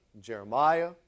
Jeremiah